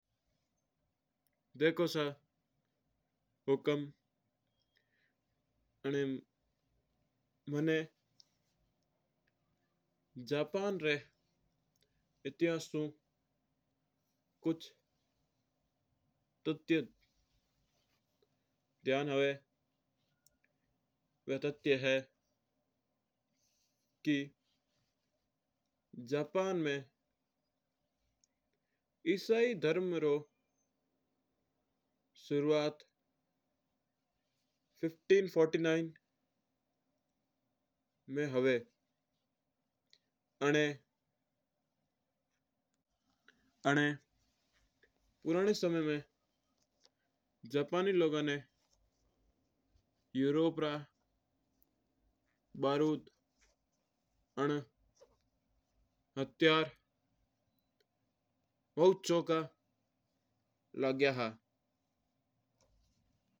देखो सा हुकम मना जापान री इतिहास कुछ तथित्य ध्यान आवा की। जापान में ऐशाई धर्मन री शुरुआत पंद्रह सौ उन्यांचास में हुवा है। आणा पुराना समय में जापानी लोगन ना यूरोपियन रा हथियार भोत चोका लगता हा।